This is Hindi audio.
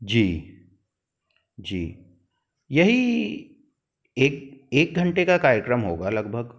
जी जी यही एक एक घंटे का कार्यक्रम होगा लगभग